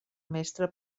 mestre